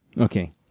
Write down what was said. Okay